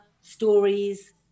stories